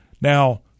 now